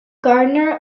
gardener